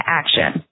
action